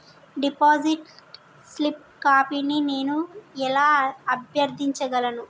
Deposit slip కాపీని నేను ఎలా అభ్యర్థించగలను?